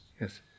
yes